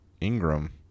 Ingram